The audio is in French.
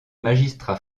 magistrat